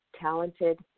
talented